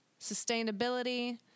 sustainability